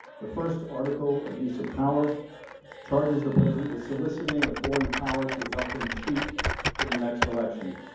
the first article abuse of power charges the president was soliciting a foreign power to help him cheat in the next election.